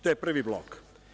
To je prvi blok.